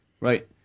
right